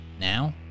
Now